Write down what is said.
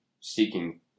seeking